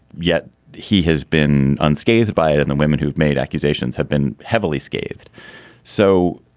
yet he has been unscathed by it and the women who've made accusations have been heavily scathed so